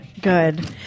good